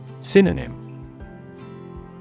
Synonym